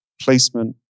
placement